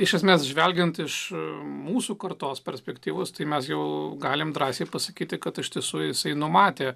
iš esmės žvelgiant iš mūsų kartos perspektyvos tai mes jau galime drąsiai pasakyti kad iš tiesų jisai numatė